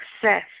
success